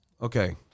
Okay